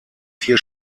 vier